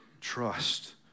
trust